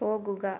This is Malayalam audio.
പോകുക